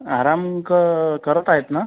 आराम क करत आहेस ना